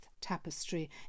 tapestry